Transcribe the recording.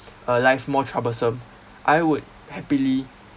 uh life more troublesome I would happily